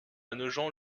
nogent